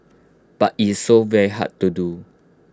but is so very hard to do